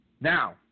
Now